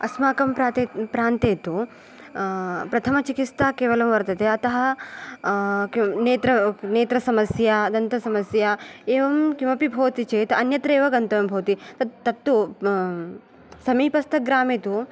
अस्माकं प्राते प्रान्ते तु प्रथमचिकित्सा केवलं वर्तते अत किं नेत्र नेत्रसमस्या दन्तसमस्या एवं किमपि भवति चेत् अन्यत्र एव गन्तव्यं भवति तत्तु समीपस्थग्रामे तु